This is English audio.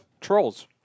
Trolls